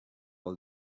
all